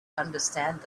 understand